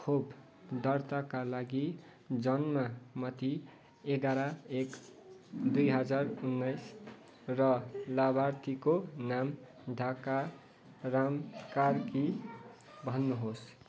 खोप दर्ताका लागि जन्म मिति एघार एक दुई हजार उन्नाइस र लाभार्थीको नाम ढाकाराम कार्की भन्नुहोस्